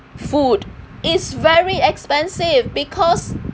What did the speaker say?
food is very expensive because